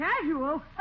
Casual